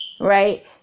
Right